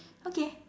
okay